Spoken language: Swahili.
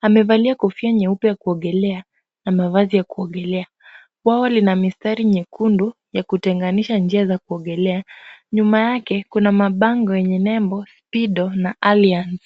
Amevalia kofia nyeupe ya kuogelea na mavazi ya kuogelea. Bwawa lina mistari nyekundu ya kutenganisha njia za kuogelea. Nyuma yake kuna mabango yenye nembo Speedo na Allianz.